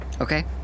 Okay